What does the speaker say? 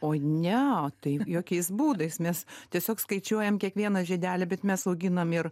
oi ne tai jokiais būdais mes tiesiog skaičiuojam kiekvieną žiedelį bet mes auginam ir